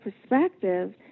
perspective